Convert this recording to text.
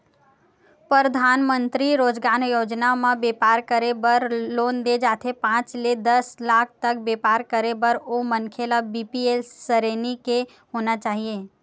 परधानमंतरी रोजगार योजना म बेपार करे बर लोन दे जाथे पांच ले दस लाख तक बेपार करे बर ओ मनखे ल बीपीएल सरेनी के होना चाही